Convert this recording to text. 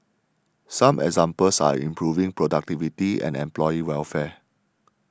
some examples are improving productivity and employee welfare